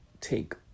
take